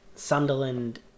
Sunderland